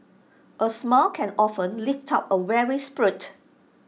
A smile can often lift up A weary spirit